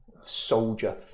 soldier